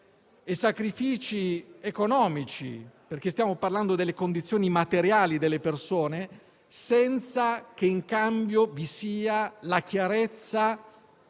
e sacrifici economici - stiamo parlando infatti delle condizioni materiali delle persone - senza che in cambio vi sia la chiarezza